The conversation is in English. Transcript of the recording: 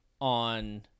on